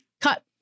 cut